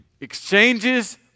exchanges